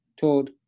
told